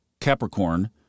Capricorn